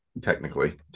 technically